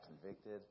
convicted